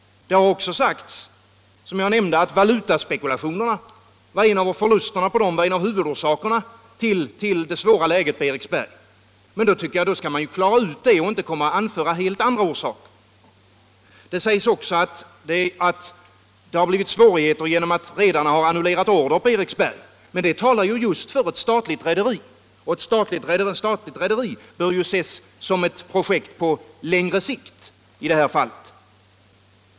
Det har också sagts - som jag nämnde — att förlusterna på valutaspekulationer var en av huvudorsakerna till det svåra läget för Eriksberg. Men då skall man klara ut det och inte anföra helt andra skäl. Det sägs vidare att det har blivit svårigheter genom att redarna har annullerat order på Eriksberg, men det talar ju just för ett statligt rederi — och ett sådant bör ses som ett projekt på längre sikt i det här fallet.